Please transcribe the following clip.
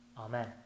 Amen